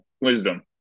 wisdom